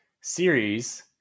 series